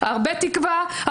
הרבה תקווה,